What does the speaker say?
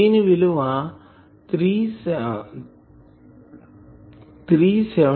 దీని విలువ 377 ఓం